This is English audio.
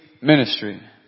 ministry